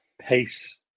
pace